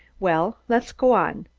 well, let's go on.